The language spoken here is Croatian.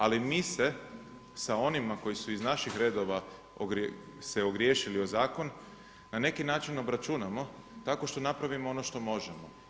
Ali mi se s onima koji su iz naših redova se ogriješili o zakon, na neki način obračunamo tako što napravimo ono što možemo.